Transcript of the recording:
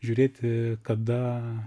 žiūrėti kada